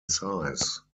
size